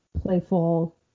playful